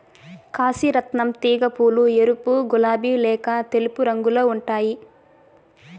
కాశీ రత్నం తీగ పూలు ఎరుపు, గులాబి లేక తెలుపు రంగులో ఉంటాయి